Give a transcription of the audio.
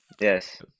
Yes